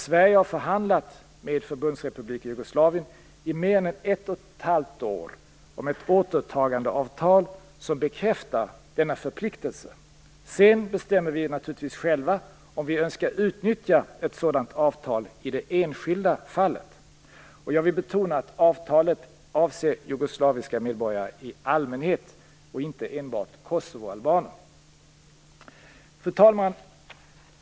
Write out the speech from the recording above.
Sverige har förhandlat med Förbundsrepubliken Jugoslavien i mer än ett och ett halvt år om ett återtagandeavtal som bekräftar denna förpliktelse. Vi bestämmer naturligtvis själva om vi önskar utnyttja ett sådant avtal i det enskilda fallet. Jag vill betona att avtalet avser jugoslaviska medborgare i allmänhet och inte enbart kosovoalbaner. Fru talman!